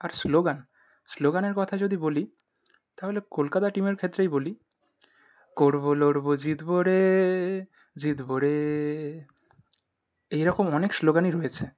আর slogan স্লোগানের কথা যদি বলি তাহলে কলকাতা টিমের ক্ষেত্রেই বলি এই রকম অনেক স্লোগানই রয়েছে